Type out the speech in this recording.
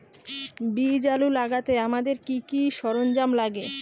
বীজ আলু লাগাতে আমাদের কি কি সরঞ্জাম লাগে?